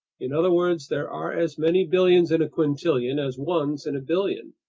in other words, there are as many billions in a quintillion as ones in a billion!